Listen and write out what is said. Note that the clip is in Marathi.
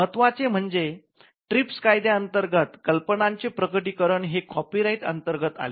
महत्वाचे म्हणजे ट्रिप कायद्या अंतर्गत कल्पनांचे प्रकटीकरण हे कॉपी राईट अंतर्गत आले